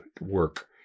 work